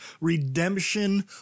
redemption